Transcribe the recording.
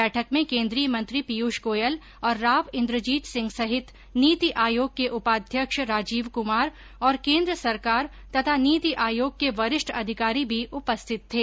बैठक में केंद्रीय मंत्री पीयूष गोयल और राव इंद्रजीत सिंह सहित नीति आयोग के उपाध्यक्ष राजीव कुमार और केंद्र सरकार तथा नीति आयोग के वरिष्ठ अधिकारी भी उपस्थित थे